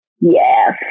Yes